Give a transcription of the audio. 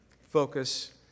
focus